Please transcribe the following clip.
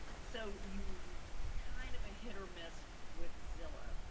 so you kind of a hit or miss with zillow.